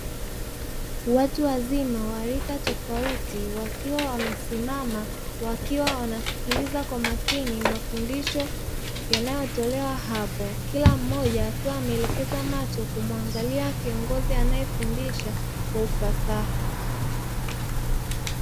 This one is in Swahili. Watu wazima wa rika tofauti, wakiwa wamesimama, wakiwa wanasikiliza kwa makini mafundisho yanayotolewa hapo, kila mmoja akiwa ameelekeza macho kumwangalia kiongozi anayefundisha kwa ufasaha.